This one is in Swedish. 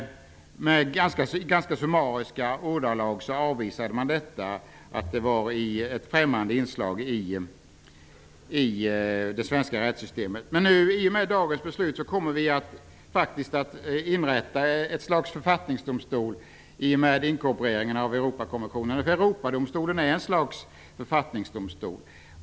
Med ganska summariska ordalag avvisade man det och sade att det var ett främmande inslag i det svenska rättssystemet. I och med dagens beslut kommer vi faktiskt att inrätta ett slags författningsdomstol genom inkorporeringen av Europakonventionen. Europadomstolen är ett slags författningsdomstol.